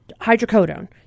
hydrocodone